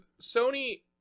Sony